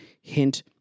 Hint